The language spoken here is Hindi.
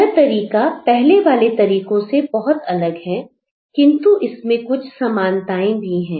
यह तरीका पहले वाले तरीकों से बहुत अलग है किंतु इसमें कुछ समानताएं भी हैं